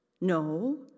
No